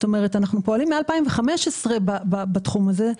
אנחנו פועלים מ-2015 בתחום הזה.